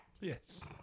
Yes